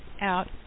out